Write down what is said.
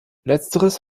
letzteres